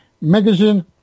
Magazine